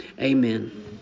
Amen